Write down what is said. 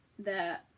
the